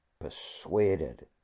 persuaded